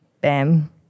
Bam